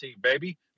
baby